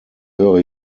höre